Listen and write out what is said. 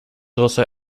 also